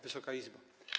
Wysoka Izbo!